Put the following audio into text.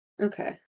okay